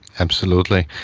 absolutely,